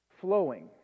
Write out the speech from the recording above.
flowing